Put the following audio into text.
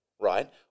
Right